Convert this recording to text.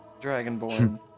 Dragonborn